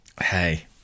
Hey